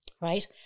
right